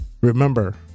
remember